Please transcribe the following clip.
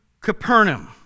Capernaum